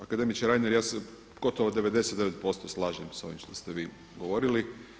Akademiče Reiner, ja se gotovo 99% slažem sa ovim što ste vi govorili.